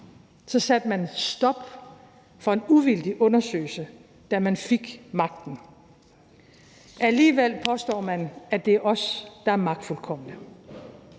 satte man en stopper for en uvildig undersøgelse, da man fik magten. Alligevel påstår man, at det er os, der er magtfuldkomne.